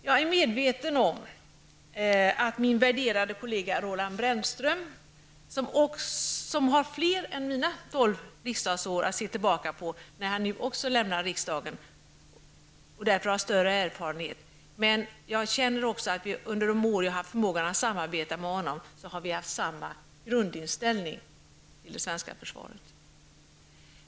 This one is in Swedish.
Jag är medveten om att min värderade kollega Roland Brännström, som har fler än mina tolv riksdagsår att se tillbaka på när han nu också lämnar riksdagen, har större erfarenhet. Men under de år jag har haft förmånen att samarbeta med honom har det känts som om vi haft samma grundinställning när det gäller det svenska försvaret.